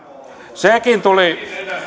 sekin tuli